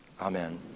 amen